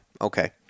okay